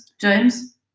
James